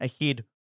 ahead